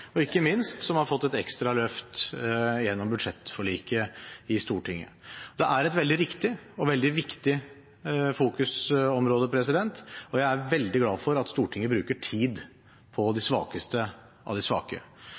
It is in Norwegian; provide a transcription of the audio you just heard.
og som ikke minst har fått et ekstra løft gjennom budsjettforliket i Stortinget. Det er et veldig riktig og viktig fokusområde, og jeg er glad for at Stortinget bruker tid på de svakeste av de svake.